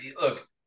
look